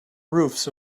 roofs